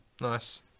nice